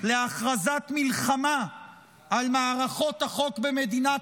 להכרזת מלחמה על מערכות החוק במדינת